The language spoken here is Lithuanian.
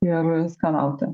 ir skanauti